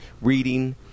reading